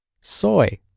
soy